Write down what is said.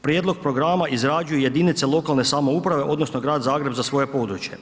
Prijedlog programa izrađuju jedinice lokalne samouprave odnosno grad Zagreb za svoje područje.